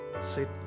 Say